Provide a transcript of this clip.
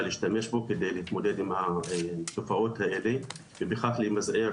להשתמש בו כדי להתמודד עם התופעות האלה ובכך למזער